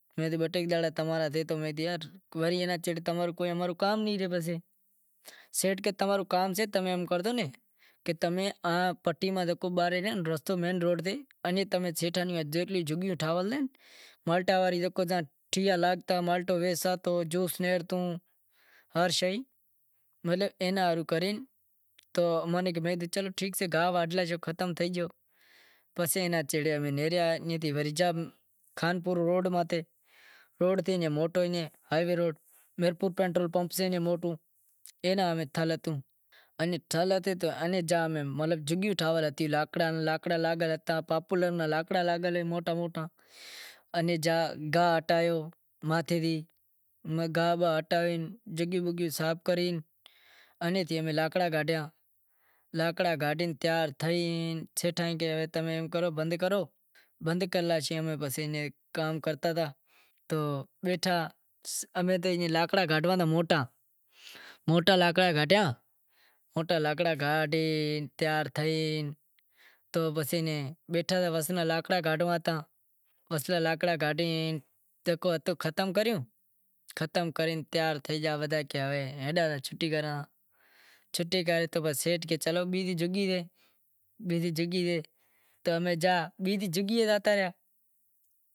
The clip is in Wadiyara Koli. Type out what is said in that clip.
پسے اماں رو کام نیں تھے پسے، سیٹھ کہے تمیں ایم کرو کہ پٹی ماں زکو رستو سے اینے جیتلیوں جھگیوں ٹھاول ایں، مطلب اینا ہاروں کرے میں کہیو چلو ٹھیک سے گاہ واڈھے لاشوں ختم تھے گیو پسے امیں اینا سعڑے نیہریا وری گیا خانپور روڈ ماتھے روڈ سے ایوو موٹو ہائی وے روڈ میرپور پمپ سے بھی موٹو اے ناں ٹھاول ہتیں لاکڑاں ریں جھگیاں ٹھاول ہتیں، گاہ ہٹایو گاہ باہ ہٹائے جھگیوں صاف کرے انیں لاکڑا کاڈھیا لاکڑا کاڈے تیار تھے پسے بند کرے کام کرتا تا تو بیٹھا امیں تو لاکڑا کاڈھواں تا موٹا موٹا لاکڑا کاڈھیا موٹا لاکڑا کاڈھے تیار تھائے تو پسے ایئں بیٹھا ہتا ماتھلا لاکڑا کانڈھنوا ہتا، ماتھلا لاکڑا کاڈھے ایئں جیکو ہتو ختم کریو، ختم کرے تیار تھے گیا کی کراں چھوٹی کراں، چھہٹی کراں تو سیٹھ کہیو چلو ٹھیک سے بیزی جھگی سے تو امیں بیزی جھگیئے زاتا رہیا۔